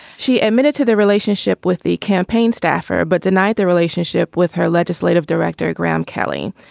she admitted to their relationship with the campaign staffer but denied their relationship with her legislative director graham kelly.